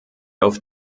auf